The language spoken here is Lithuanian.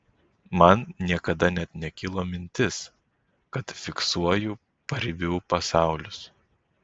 man niekada net nekilo mintis kad fiksuoju paribių pasaulius